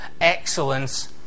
Excellence